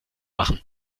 machen